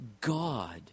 God